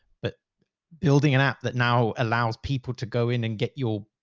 but building an app that now allows people to go in and get your.